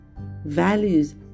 Values